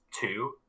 two